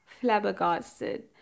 flabbergasted